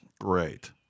Great